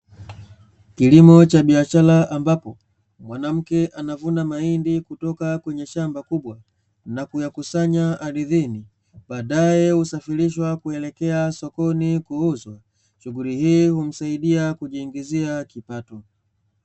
Kilimo cha biashara ambapo mwanamke anavuna mahindi kutoka kwenye shamba kubwa, na kuyakusanya ardhini baadae husafirishwa kuelekea sokoni kuuzwa shughuli hii umsaidia kujiingizia kipato.